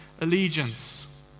allegiance